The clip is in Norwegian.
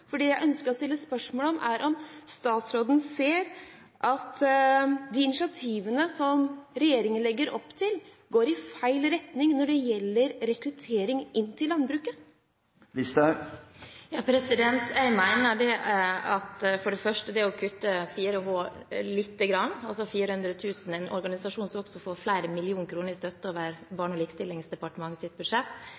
Det jeg ønsker å stille spørsmål om, er om statsråden ser at de initiativene som regjeringen legger opp til, går i feil retning når det gjelder rekruttering til landbruket. Jeg mener at det å kutte støtten til 4H litt, med 400 000 kr, en organisasjon som også får flere millioner kroner i støtte over